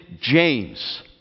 James